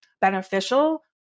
beneficial